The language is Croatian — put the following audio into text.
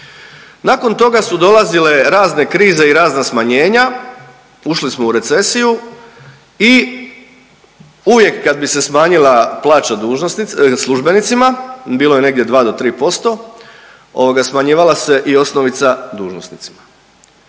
Nakon toga su dolazile razne krize i razna smanjenja, ušli smo u recesiju i uvijek kad bi se smanjila plaća službenicima bilo je negdje 2-3% ovoga smanjivala se i osnovica dužnosnicima.